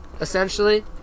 essentially